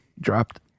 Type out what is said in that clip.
dropped